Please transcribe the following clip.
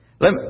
Let